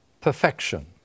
perfection